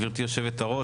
גברתי יושבת הראש,